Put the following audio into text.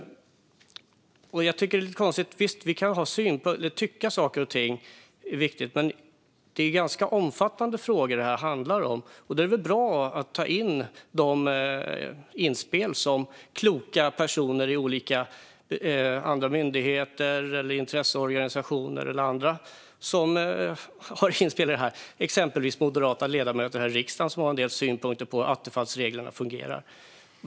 Vi kan tycka att saker och ting är viktiga. Men detta handlar om ganska omfattande frågor. Då är det väl bra att ta in inspel från kloka personer i olika myndigheter och intresseorganisationer och från andra, till exempel moderata ledamöter här i riksdagen, som har en del synpunkter på hur attefallsreglerna fungerar.